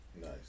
nice